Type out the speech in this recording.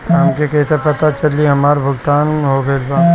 हमके कईसे पता चली हमार भुगतान हो गईल बा?